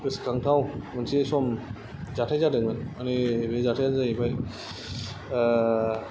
गोसखांथाव मोनसे सम जाथाय जादोंमोन मानि बे जाथायानो जाहैबाय